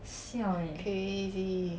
crazy